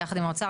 יחד עם האוצר.